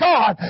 God